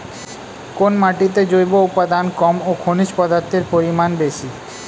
কোন মাটিতে জৈব উপাদান কম ও খনিজ পদার্থের পরিমাণ বেশি?